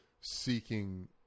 seeking